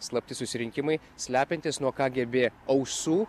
slapti susirinkimai slepiantis nuo kgb ausų